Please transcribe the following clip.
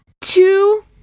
two